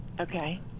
Okay